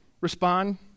respond